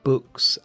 Books